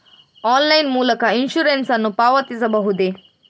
Online ಮೂಲಕ insurance ನ್ನು ಪಾವತಿಸಬಹುದೇ?